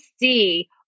see